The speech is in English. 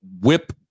whip